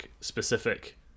specific